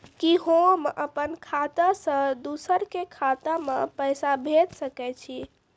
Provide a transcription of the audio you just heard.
कि होम अपन खाता सं दूसर के खाता मे पैसा भेज सकै छी?